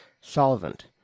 solvent